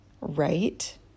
right